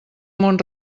mon